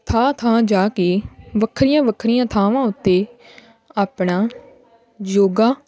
ਥਾਂ ਥਾਂ ਜਾ ਕੇ ਵੱਖਰੀਆਂ ਵੱਖਰੀਆਂ ਥਾਵਾਂ ਉੱਤੇ ਆਪਣਾ ਯੋਗਾ